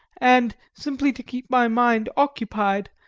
and, simply to keep my mind occupied,